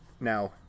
Now